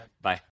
Bye